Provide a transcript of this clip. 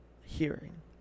hearing